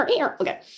Okay